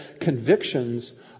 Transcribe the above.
convictions